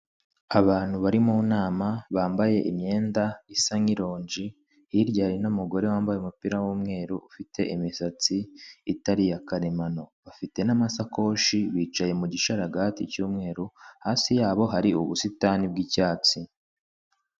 Abantu bari mu nama bambaye imyenda isa nk'ironji, hirya hari n'umugore wambaye umupira w'umweru ufite imisatsi itari iyakaremano, bafite nama sakoshi bicaye mugisharagati cy'umweru, hasi yabo hari ubusitani bw'icyatsi.